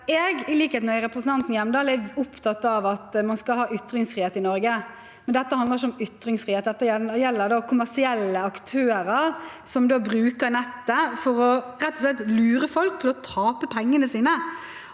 I likhet med representanten Hjemdal er jeg opptatt av at man skal ha ytringsfrihet i Norge, men dette handler ikke om ytringsfrihet, dette gjelder kommersielle aktører som bruker nettet til rett og slett å lure folk til å tape pengene sine.